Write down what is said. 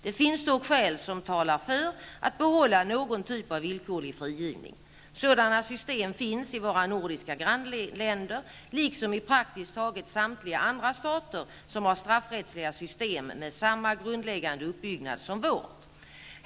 Det finns dock skäl som talar för att man behåller någon typ av villkorlig frigivning. Sådana system finns i våra nordiska grannländer liksom i praktiskt taget samtliga andra stater som har straffrättsliga system med samma grundläggande uppbyggnad som vårt.